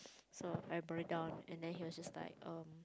so I break down and then he was just like oh